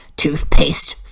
toothpaste